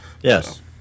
Yes